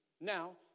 Now